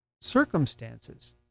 circumstances